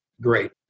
Great